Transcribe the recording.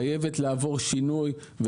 חייבת לעבור שינוי.